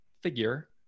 figure